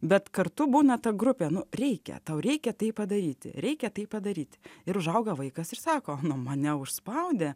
bet kartu būna ta grupė nu reikia tau reikia tai padaryti reikia tai padaryti ir užauga vaikas ir sako nu mane užspaudė